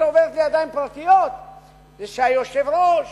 עוברת לידיים פרטיות זה שהיושב-ראש,